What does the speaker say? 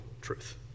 truth